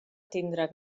tindrà